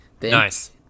nice